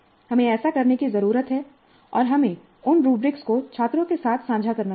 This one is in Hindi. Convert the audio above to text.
हमें ऐसा करने की जरूरत है और हमें उन रूब्रिक को छात्रों के साथ साझा करना चाहिए